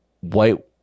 white